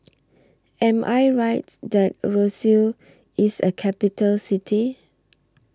Am I Right that Roseau IS A Capital City